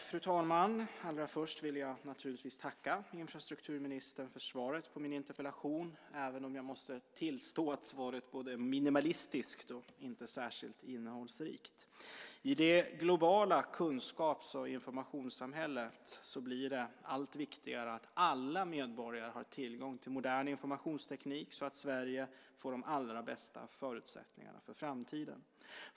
Fru talman! Allra först vill jag naturligtvis tacka infrastrukturministern för svaret på min interpellation, även om jag måste tillstå att svaret både är minimalistiskt och inte särskilt innehållsrikt. I det globala kunskaps och informationssamhället blir det allt viktigare att alla medborgare har tillgång till modern informationsteknik så att Sverige får de allra bästa förutsättningarna för framtiden.